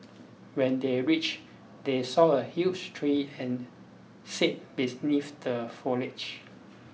when they reached they saw a huge tree and sat the foliage